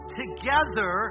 together